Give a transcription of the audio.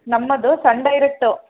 ನಮ್ಮದು sun direct